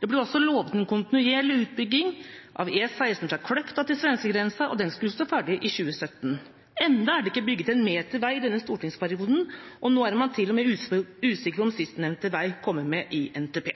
Det ble også lovet en kontinuerlig utbygging av E16 fra Kløfta til svenskegrensa, og den skulle stå ferdig i 2017. Ennå er det ikke bygd en meter vei i denne stortingsperioden, og nå er man til og med usikre på om sistnevnte vei kommer med i NTP.